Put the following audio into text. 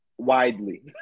Widely